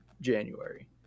January